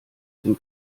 dem